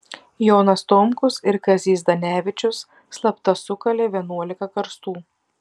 jonas tomkus ir kazys zdanevičius slapta sukalė vienuolika karstų